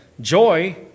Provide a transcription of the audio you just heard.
joy